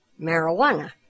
marijuana